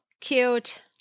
Cute